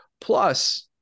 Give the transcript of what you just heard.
plus